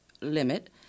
limit